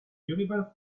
universe